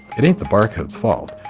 it ain't the barcodes fault,